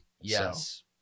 Yes